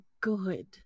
Good